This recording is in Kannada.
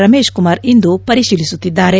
ರಮೇಶ್ಕುಮಾರ್ ಇಂದು ಪರಿಶೀಲಿಸುತ್ತಿದ್ದಾರೆ